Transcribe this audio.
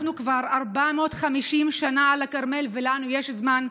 אנחנו כבר 450 שנה על הכרמל ויש לנו זמן.